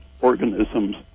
organisms